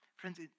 Friends